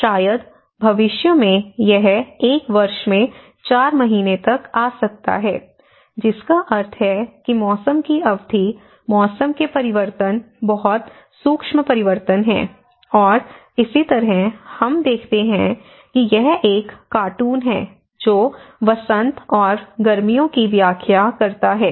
शायद भविष्य में यह एक वर्ष में 4 महीने तक आ सकता है जिसका अर्थ है कि मौसम की अवधि मौसम के परिवर्तन बहुत सूक्ष्म परिवर्तन हैं और इसी तरह हम देखते हैं कि यह एक कार्टून है जो वसंत और गर्मियों की व्याख्या करता है